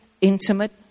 intimate